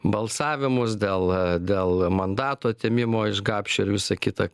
balsavimus dėl dėl mandato atėmimo iš gapšio ir visa kita